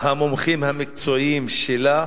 המומחים המקצועיים שלה,